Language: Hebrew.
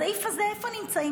בסעיף הזה מה נמצאים?